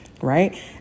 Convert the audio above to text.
right